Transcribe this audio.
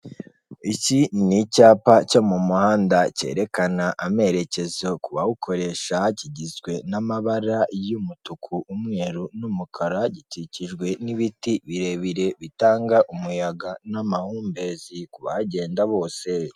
Iki ni icyapa cyo mu muhanda cyerekana amerekezo ku bawukoresha kigizwe n'amabara y'umutuku, umweru, n'umukara gikikijwe n'ibiti birebire bitanga umuyaga n'amahumbezi ku bagenda bose.